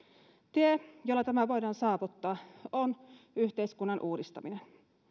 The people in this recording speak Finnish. tie jolla tämä voidaan saavuttaa on yhteiskunnan uudistaminen